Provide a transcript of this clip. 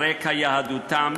על רקע יהדותם,